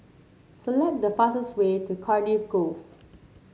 select the fastest way to Cardiff Grove